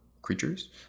creatures